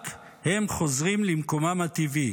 רק הם חוזרים למקום הטבעי.